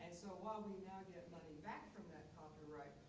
so while we now get money back from that copyright,